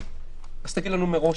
אז תגיד לנו מראש,